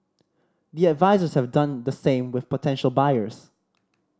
the advisers have done the same with potential buyers